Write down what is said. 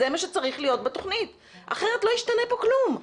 זה מה שצריך להיות בתוכנית כי אחרת לא ישתנה כאן כלום.